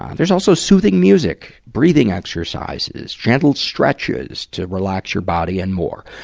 there's also soothing music, breathing exercises, gentle stretches to relax your body, and more.